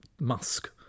Musk